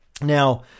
Now